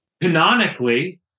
canonically